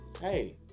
Hey